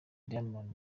diamond